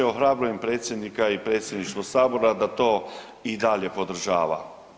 Ohrabrujem predsjednika i Predsjedništvo Sabora da to i dalje podržava.